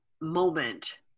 moment